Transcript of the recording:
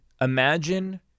imagine